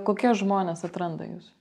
kokie žmonės atranda jus